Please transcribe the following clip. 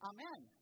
Amen